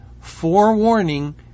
forewarning